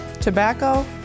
tobacco